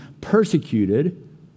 persecuted